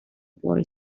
boy